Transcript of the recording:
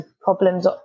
problems